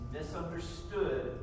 misunderstood